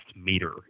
meter